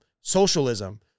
socialism-